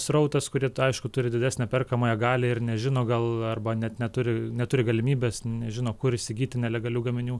srautas kurie aišku turi didesnę perkamąją galią ir nežino gal arba net neturi neturi galimybės nežino kur įsigyti nelegalių gaminių